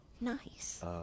Nice